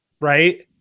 right